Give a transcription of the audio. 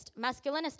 masculinist